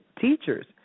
teachers